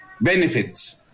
benefits